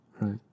right